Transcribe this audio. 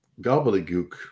Gobbledygook